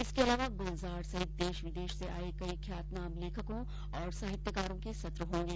इसके अलावा गुलजार सहित देश विदेश से आए कई ख्यातनाम लेखकों और साहित्यकारों के सत्र होंगे